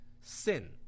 sin